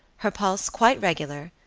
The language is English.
her pulse quite regular,